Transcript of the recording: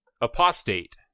Apostate